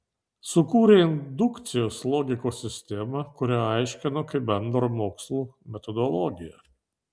sukūrė indukcijos logikos sistemą kurią aiškino kaip bendrą mokslų metodologiją